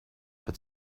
but